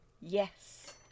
Yes